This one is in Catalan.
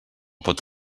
pot